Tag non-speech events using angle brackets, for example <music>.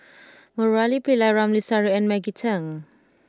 <noise> Murali Pillai Ramli Sarip and Maggie Teng